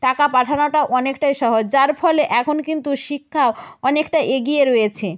টাকা পাঠানোটা অনেকটাই সহজ যার ফলে এখন কিন্তু শিক্ষাও অনেকটা এগিয়ে রয়েছে